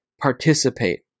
participate